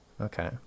Okay